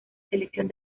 selección